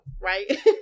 right